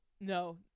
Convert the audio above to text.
no